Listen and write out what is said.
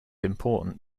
important